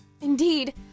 Indeed